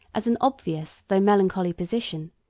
as an obvious, though melancholy position,